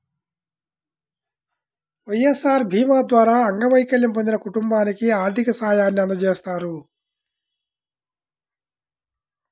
వైఎస్ఆర్ భీమా ద్వారా అంగవైకల్యం పొందిన కుటుంబానికి ఆర్థిక సాయాన్ని అందజేస్తారు